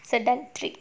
so that's three